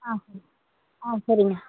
ஆ ஆ சரிங்க